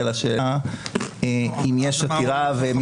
לשאלה אם יש עתירה.